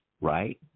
right